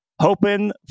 hoping